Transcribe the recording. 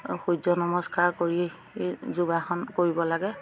সূৰ্য নমস্কাৰ কৰি যোগাসন কৰিব লাগে